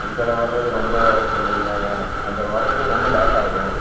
அங்கெல்லாம் வரது ரொம்ப சந்தேகந்தாங்க வரத்துக்கு ரொம்ப லேட்டாகும்